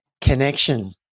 connection